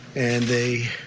and they